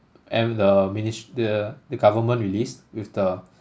and the minis~ the the government released with the